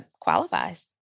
qualifies